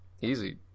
Easy